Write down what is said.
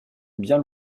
bien